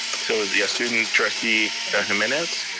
so it was yeah student trustee jimenez.